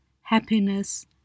happiness